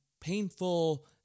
painful